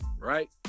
Right